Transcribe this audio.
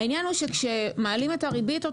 העניין הוא שכשמעלים את הריבית,